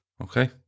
Okay